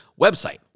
website